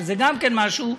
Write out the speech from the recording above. שזה גם כן משהו,